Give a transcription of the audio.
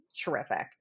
terrific